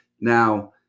Now